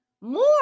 More